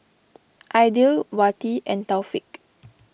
Aidil Wati and Taufik